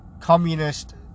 communist